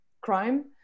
crime